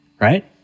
right